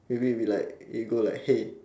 maybe it will be like you go say like hey